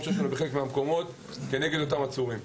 שיש לנו בחלק מהמקומות כנגד אותם עצורים.